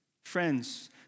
Friends